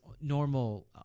normal